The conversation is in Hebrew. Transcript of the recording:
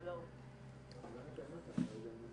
אבל, ואבי, כן, אני פונה אליך,